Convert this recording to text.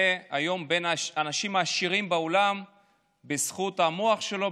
והיום הוא בין האנשים העשירים בעולם בזכות המוח שלו,